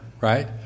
right